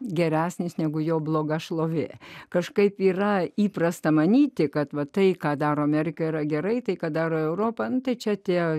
geresnis negu jo bloga šlovė kažkaip yra įprasta manyti kad va tai ką daro amerika yra gerai tai ką daro europa tai čia tie